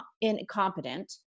incompetent